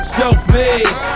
self-made